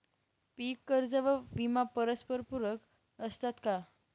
पीक कर्ज व विमा परस्परपूरक असतात का?